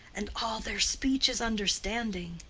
and all their speech is understanding.